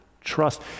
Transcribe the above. trust